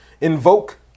invoke